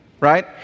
Right